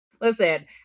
Listen